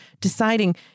deciding